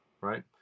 right